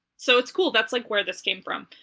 so it's cool that's like where this came from.